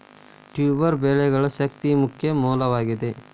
tuber ಬೆಳೆಗಳು ಶಕ್ತಿಯ ಮುಖ್ಯ ಮೂಲವಾಗಿದೆ